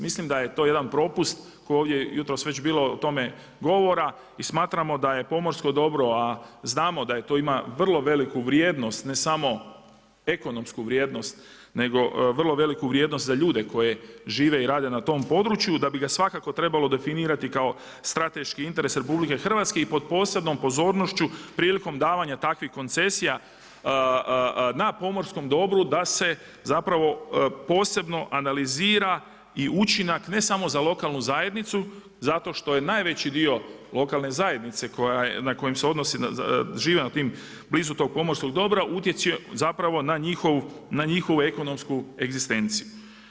Mislim da je to jedan propust koji je ovdje, jutros je već bilo o tome govora i smatramo da je pomorsko dobro a znamo da je to, ima vrlo veliku vrijednost, ne samo ekonomsku vrijednost nego vrlo veliku vrijednost za ljude koji žive i rade na tom području da bi ga svakako trebalo definirati strateški interes RH i pod posebnom pozornošću prilikom davanja takvih koncesija, na pomorskom dobru da se zapravo posebno analizira i učinak ne samo za lokalnu zajednicu, zato što je najveći dio lokalne zajednice na koje se odnose, žive blizu tog pomorskog dobra, utječe zapravo na njihovu ekonomsku egzistenciju.